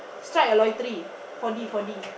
strike a lottery four D four D